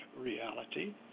reality